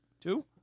Two